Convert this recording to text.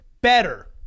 better